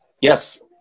yes